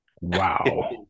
wow